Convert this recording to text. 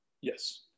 Yes